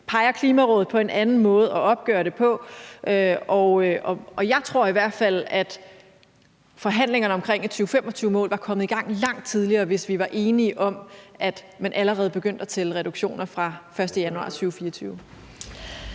peger Klimarådet på en anden måde at opgøre det på, og jeg tror i hvert fald, at forhandlingerne omkring et 2025-mål var kommet i gang langt tidligere, hvis vi var enige om, at man allerede begyndte at tælle reduktioner fra den 1. januar 2024.